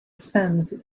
spends